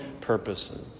purposes